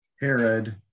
Herod